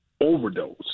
overdose